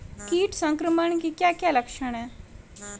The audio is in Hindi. कीट संक्रमण के क्या क्या लक्षण हैं?